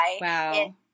Wow